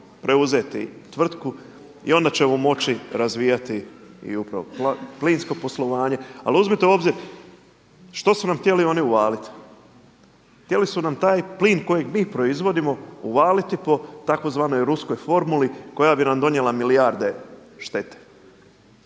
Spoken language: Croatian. preuzeti tvrtku i onda ćemo moći razvijati i plinsko poslovanje. Ali uzmite u obzir što su nam htjeli oni uvaliti? Htjeli su nam taj plin kojeg mi proizvodimo uvaliti po tzv. ruskoj formuli koja bi nam donijela milijardu štete.